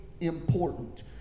important